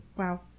wow